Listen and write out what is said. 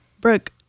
Brooke